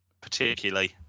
particularly